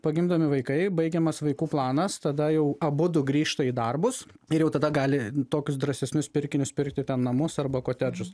pagimdomi vaikai baigiamas vaikų planas tada jau abudu grįžta į darbus ir jau tada gali tokius drąsesnius pirkinius pirkti ten namus arba kotedžus